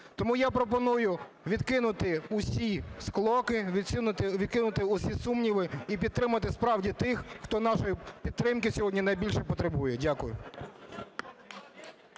Тому я пропоную відкинути усі склоки, відкинути усі сумніви і підтримати справді тих, хто нашої підтримки сьогодні найбільше потребує. Дякую.